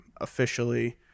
officially